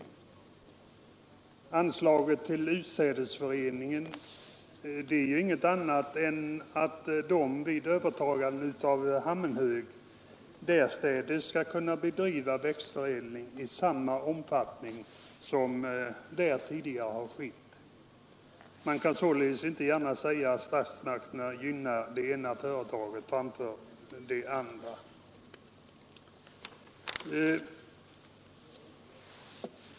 Syftet med anslaget till utsädesföreningen har ju bara varit att föreningen vid övertagande av Hammenhöganstalten skall kunna bedriva växtförädlingen i samma omfattning som den har haft tidigare där. Man kan alltså inte säga att statsmakterna gynnar det ena företaget framför det andra.